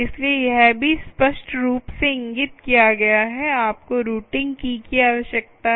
इसलिए यह भी स्पष्ट रूप से इंगित किया गया है आपको रूटिंग की की आवश्यकता है